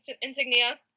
insignia